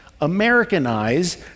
Americanize